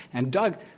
and doug,